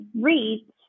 reads